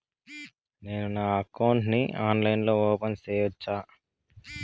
నేను నా అకౌంట్ ని ఆన్లైన్ లో ఓపెన్ సేయొచ్చా?